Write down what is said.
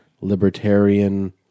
libertarian